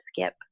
skip